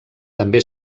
també